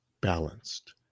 balanced